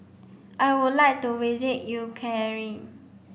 I would like to visit Ukraine